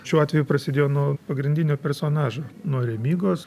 šiuo atveju prasidėjo nuo pagrindinio personažo nuo remygos